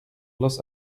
los